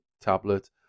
tablet